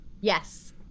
Yes